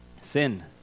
Sin